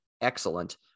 excellent